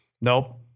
Nope